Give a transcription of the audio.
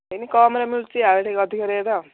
ସେଠି କମ୍ରେ ମିଳୁଛି ଆଉ ଟିକେ ଅଧିକ ରେଟ୍